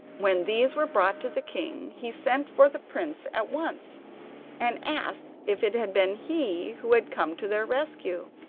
when these were brought to the king he sent for the prince at once and asked if it had been he who had come to their rescue.